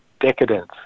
decadence